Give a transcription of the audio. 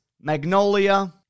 Magnolia